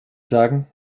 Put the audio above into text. sagen